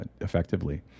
effectively